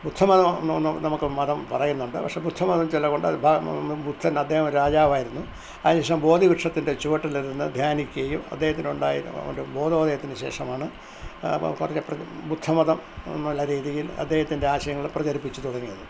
ബുദ്ധമതം നമുക്ക് മതം പറയുന്നുണ്ട് പക്ഷെ ബുദ്ധമതം ഒരു വിഭാഗം ബുദ്ധന് അദ്ദേഹം രാജാവായിരുന്നു അതിനുശേഷം ബോധി വൃക്ഷത്തിന്റെ ചുവട്ടില് ഇരുന്നു ധ്യാനിക്കുകയും അദ്ദേഹത്തിനുണ്ടായ ഒരു ബോധോദയത്തിനു ശേഷമാണ് ബുദ്ധമതം നല്ല രീതിയില് അദ്ദേഹത്തിന്റെ ആശയങ്ങള് പ്രചരിപ്പിച്ചു തുടങ്ങിയത്